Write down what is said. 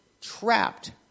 trapped